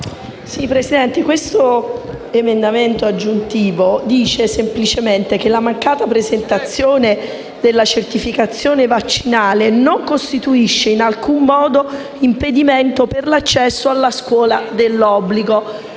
Presidente, l'emendamento 3.49 stabilisce semplicemente che la mancata presentazione della certificazione vaccinale non costituisce in alcun modo impedimento per l'accesso alla scuola dell'obbligo.